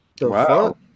Wow